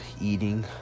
eating